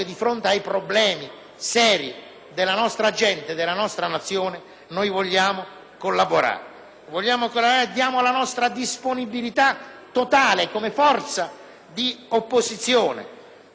collaborare e diamo la nostra disponibilità totale, come forza di opposizione, ma certamente non vogliamo più ricevere insulti e dichiarazioni di autosufficienza da parte vostra;